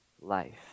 life